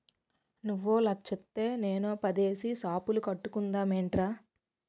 నువ్వో లచ్చిత్తే నేనో పదేసి సాపులు కట్టుకుందమేట్రా